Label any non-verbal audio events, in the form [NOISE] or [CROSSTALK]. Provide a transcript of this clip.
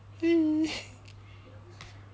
[NOISE]